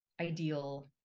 ideal